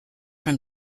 from